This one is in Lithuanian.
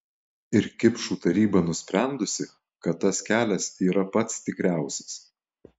ir kipšų taryba nusprendusi kad tas kelias yra pats tikriausias